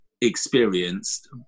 experienced